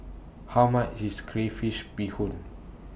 How much IS Crayfish Beehoon